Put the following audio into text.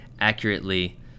accurately